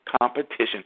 competition